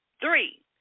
Three